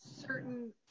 certain